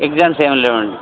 exams ఏమీ లేవండి